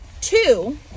two